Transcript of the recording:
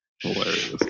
Hilarious